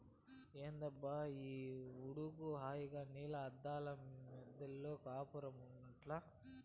ఏందబ్బా ఈ ఉడుకు హాయిగా నీలి అద్దాల మిద్దెలో కాపురముండాల్ల